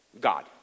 God